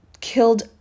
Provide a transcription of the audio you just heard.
killed